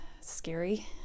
scary